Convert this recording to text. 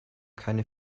keine